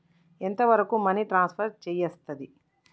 ఎంత వరకు money transfer చేయస్తది?